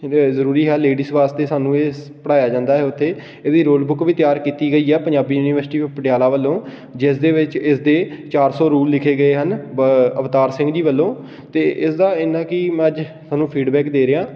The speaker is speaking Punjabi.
ਕਿਉਂਕਿ ਜ਼ਰੂਰੀ ਹੈ ਲੇਡੀਜ਼ ਵਾਸਤੇ ਸਾਨੂੰ ਇਸ ਪੜ੍ਹਾਇਆ ਜਾਂਦਾ ਹੈ ਉੱਥੇ ਇਹਦੀ ਰੋਲ ਬੁੱਕ ਵੀ ਤਿਆਰ ਕੀਤੀ ਗਈ ਹੈ ਪੰਜਾਬੀ ਯੂਨੀਵਰਸਿਟੀ ਪਟਿਆਲਾ ਵੱਲੋਂ ਜਿਸ ਦੇ ਵਿੱਚ ਇਸ ਦੇ ਚਾਰ ਸੌ ਰੂਲ ਲਿਖੇ ਗਏ ਹਨ ਵ ਅਵਤਾਰ ਸਿੰਘ ਜੀ ਵੱਲੋਂ ਅਤੇ ਇਸ ਦਾ ਇੰਨਾ ਕੁ ਮੈਂ ਅੱਜ ਤੁਹਾਨੂੰ ਫੀਡਬੈਕ ਦੇ ਰਿਹਾ